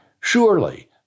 surely